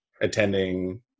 attending